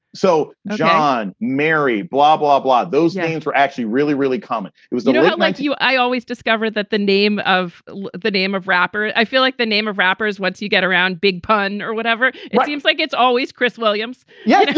so john, mary, blah, blah, blah. those names were actually really, really common it was you know nice like to you. i always discovered that the name of the name of rapper. i feel like the name of rappers. once you get around big pun or whatever, it seems like it's always chris williams. yeah, and